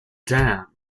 dam